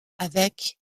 avec